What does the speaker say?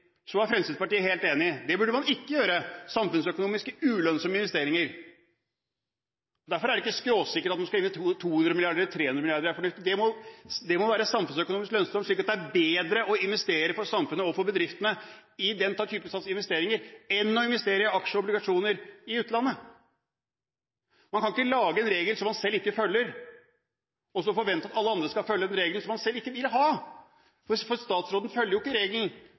så er Fremskrittspartiet helt enig – det burde man ikke gjøre. Derfor er det ikke skråsikkert at det er 200 milliarder eller 300 milliarder som er fornuftig å investere – det må være samfunnsøkonomisk lønnsomt, slik at det er bedre for samfunnet og for bedriftene med den type investeringer enn å investere i aksjer og obligasjoner i utlandet. Man kan ikke lage en regel som man selv ikke følger, og så forvente at alle andre skal følge en regel som man selv ikke vil ha. For statsråden følger jo ikke regelen,